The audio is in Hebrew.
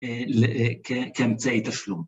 ‫כאמצעי תשלום.